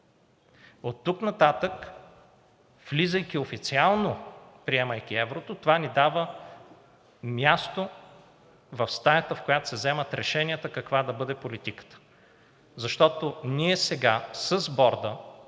Оттук нататък, влизайки официално и приемайки еврото, това ни дава място в стаята, в която се вземат решенията каква да бъде политиката, защото сега с борда